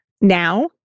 now